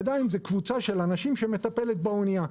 ידיים זה קבוצה של אנשים שמטפלת באנייה.